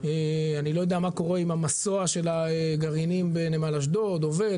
אני לא יודע מה קורה עם המסוע של הגרעינים בנמל אשדוד עובד?